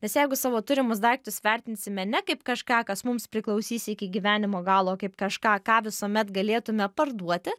nes jeigu savo turimus daiktus vertinsime ne kaip kažką kas mums priklausys iki gyvenimo galo o kaip kažką ką visuomet galėtume parduoti